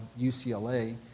UCLA